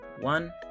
one